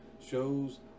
shows